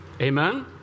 Amen